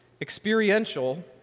experiential